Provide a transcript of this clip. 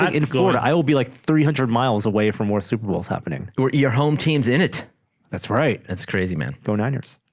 um in florida i will be like three hundred miles away for more super bowls happening your your home teams in it that's right it's a crazy man go niners